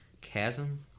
Chasm